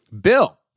Bill